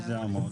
איזה עמוד?